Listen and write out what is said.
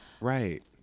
right